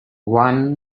one